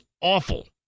awful